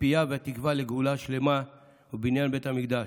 הציפייה והתקווה לגאולה השלמה ובניין בית המקדש.